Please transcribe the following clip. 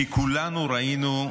כי כולנו ראינו,